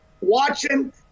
watching